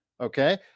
Okay